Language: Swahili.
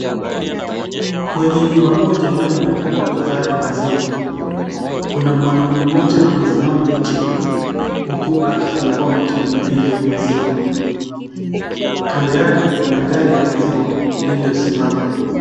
Kwenye nyumba moja inavyoonekana kuhifadhi maziwa Kuna mwanaume moja amesimama nje huku akifungua mtungi mbili ya maziwa kando yake Kuna gari ya maziwa lililosimama.